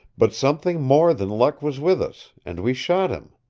but something more than luck was with us, and we shot him.